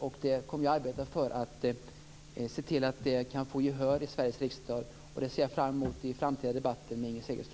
Jag kommer att arbeta för att det skall få gehör i Sveriges riksdag. Det ser jag fram emot i framtida debatter med Inger